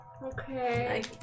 Okay